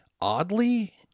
Oddly